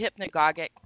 hypnagogic